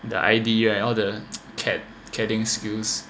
the I_D ah all the cat skills